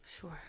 Sure